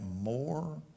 more